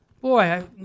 Boy